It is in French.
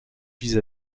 vis